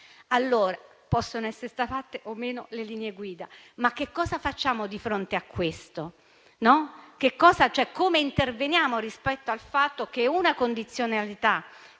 Allora, possono essere state fatte o meno le linee guida, ma che cosa facciamo di fronte a questo? Come interveniamo rispetto al fatto che una condizionalità che ci